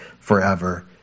forever